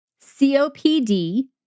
COPD